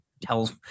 Tells